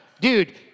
Dude